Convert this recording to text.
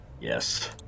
Yes